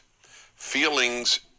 feelings